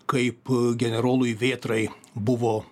kaip generolui vėtrai buvo